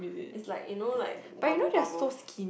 is like you know like bubble bubble